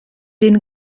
den